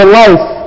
life